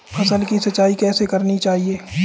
फसल की सिंचाई कैसे करनी चाहिए?